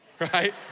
right